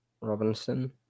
Robinson